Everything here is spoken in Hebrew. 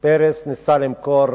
פרס ניסה למכור,